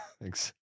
Thanks